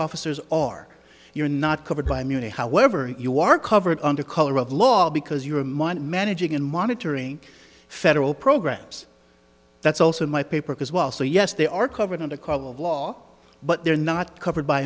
officers are you're not covered by merely however you are covered under color of law because your mind managing and monitoring federal programs that's also my papers as well so yes they are covered under current law but they're not covered by